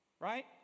Right